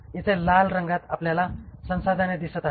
इथे लाल रंगात आपल्याला संसाधने दिसत आहेत